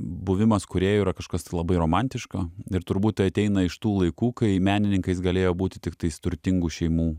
buvimas kūrėju yra kažkas tai labai romantiška ir turbūt tai ateina iš tų laikų kai menininkais galėjo būti tiktais turtingų šeimų